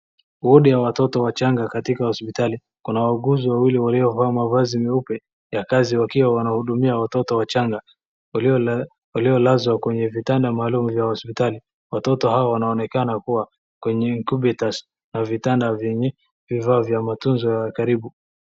Wodi ya watoto wachanga katika hospitali , kuna wauguzi wawili wakiwa wamevaa mavazi meupe ya kazi wakiwa wanahudumia watoto wachanga waliolazwa kwenye vitanda maalum vya hospitali , watoto hao wanaonekana kuwa kwenye incubators na vitanda vyenye vifaa vya matunzo ya ukaribu.